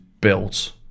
built